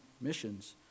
missions